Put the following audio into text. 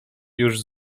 już